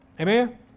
Amen